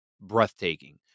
breathtaking